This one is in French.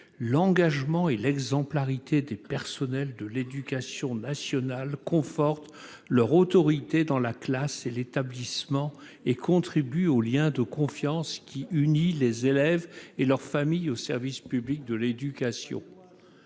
L'engagement et l'exemplarité des personnels de l'éducation nationale confortent leur autorité dans la classe et l'établissement et contribuent au lien de confiance qui unit les élèves et leur famille au service public de l'éducation.